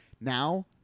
Now